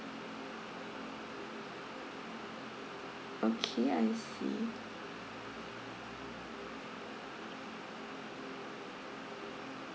okay I see